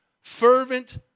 fervent